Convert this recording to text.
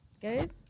Good